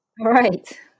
right